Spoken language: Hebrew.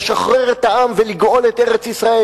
לשחרר את העם ולגאול את ארץ-ישראל,